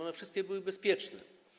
One wszystkie były bezpieczne.